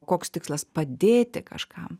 koks tikslas padėti kažkam